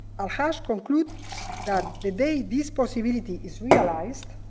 al-haj concludes that the day this possibility is realized,